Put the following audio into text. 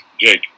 Jake